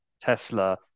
tesla